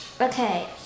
Okay